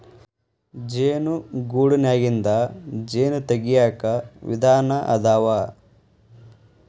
ಜೇನು ಗೂಡನ್ಯಾಗಿಂದ ಜೇನ ತಗಿಯಾಕ ವಿಧಾನಾ ಅದಾವ